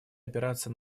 опираться